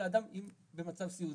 אלא אדם במצב סיעודי.